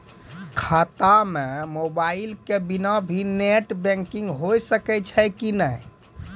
खाता म मोबाइल के बिना भी नेट बैंकिग होय सकैय छै कि नै?